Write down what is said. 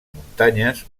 muntanyes